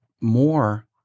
more